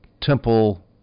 temple